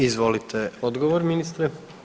Izvolite odgovor, ministre.